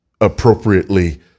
appropriately